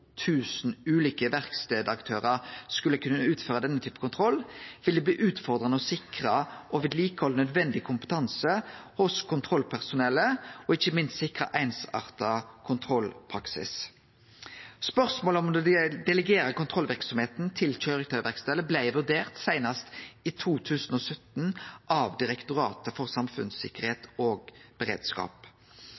ulike verkstadaktørar skal kunne utføre denne typen kontroll, vil det bli utfordrande å sikre og vedlikehalde nødvendig kompetanse hos kontrollpersonellet, og ikkje minst å sikre einsarta kontrollpraksis. Spørsmålet om å delegere kontrollverksemda til køyretøyverkstader blei vurdert seinast i 2017 av Direktoratet for